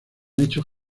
hechos